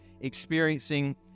experiencing